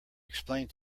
explained